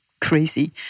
crazy